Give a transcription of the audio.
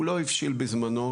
הוא לא הבשיל בזמנו,